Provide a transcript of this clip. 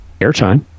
airtime